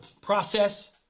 process